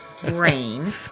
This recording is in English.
brain